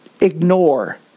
ignore